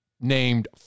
named